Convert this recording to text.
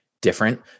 different